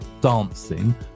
dancing